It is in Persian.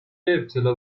ابتلا